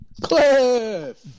Cliff